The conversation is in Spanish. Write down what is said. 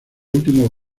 últimos